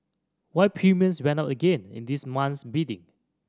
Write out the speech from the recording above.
why premiums went up again in this month's bidding